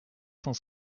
cent